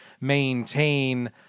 maintain